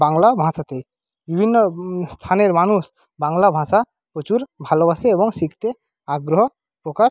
বাংলা ভাষাতেই বিভিন্ন স্থানের মানুষ বাংলা ভাষা প্রচুর ভালোবাসে এবং শিখতে আগ্রহ প্রকাশ